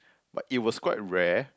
but it was quite rare